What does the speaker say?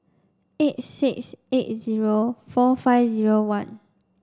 eight six eight zero four five zero one